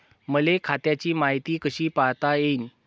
मले खात्याची मायती कशी पायता येईन?